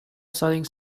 starting